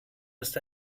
ist